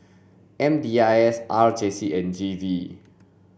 M D I S R J C and G V